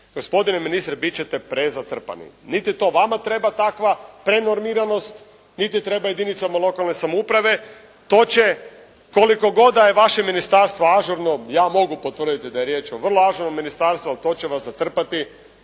Gospodine ministre, biti ćete prezatrpani, niti to vama treba takva prenormiranost, niti treba jedinicama lokalne samouprave, to će koliko god da je vaše ministarstvo ažurno, ja mogu potvrditi da je riječ o vrlo ažurnom ministarstvu ali to će vas zatrpati